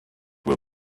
will